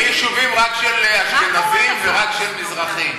יהיו יישובים רק של אשכנזים ורק של מזרחים.